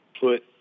put